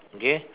okay